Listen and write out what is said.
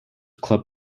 club